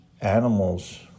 animals